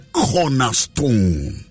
cornerstone